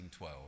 1912